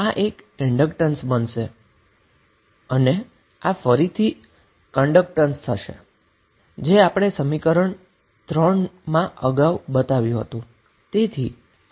આમ આ એક ઈન્ડક્ટન્સ બનશે અને આ ફરીથી કન્ડક્ટન્સ થશે જે આપણે સમીકરણ 3 માં અગાઉ જોયું હતું